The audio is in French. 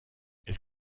elle